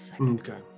Okay